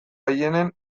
aieneen